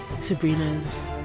Sabrina's